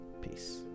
peace